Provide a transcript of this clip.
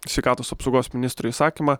sveikatos apsaugos ministro įsakymą